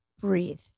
breathe